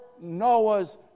Noah's